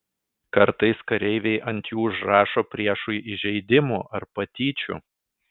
kartais kareiviai ant jų užrašo priešui įžeidimų ar patyčių